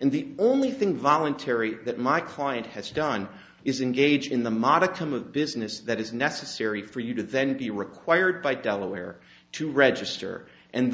and the only thing voluntary that my client has done is engaged in the modicum of business that is necessary for you to then be required by delaware to register and